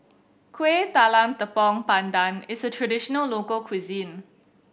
Kueh Talam Tepong Pandan is a traditional local cuisine